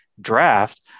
draft